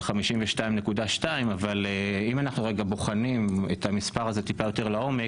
על 52.2 אבל אם אנחנו רגע בוחנים את המספר הזה טיפה יותר לעומק,